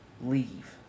leave